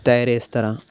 తయారిచేస్తరా